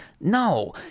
No